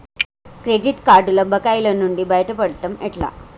Credit కార్డుల బకాయిల నుండి బయటపడటం ఎట్లా?